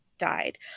died